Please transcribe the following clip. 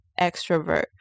extrovert